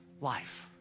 life